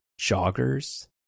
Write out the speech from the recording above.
joggers